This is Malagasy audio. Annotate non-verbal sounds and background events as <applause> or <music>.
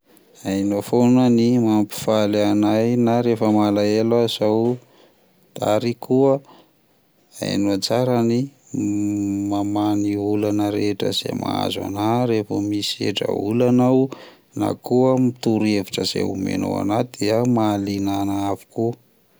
Hainao foana ny mampifaly anahy na rehefa malaelo aza aho, ary koa hainao tsara ny <hesitation> mamaha ny olana rehetra izay mahazo anahy revo misendra olana aho, na koa amin'ny torohevitra izay omenao anahy dia mahalina anahy avokoa.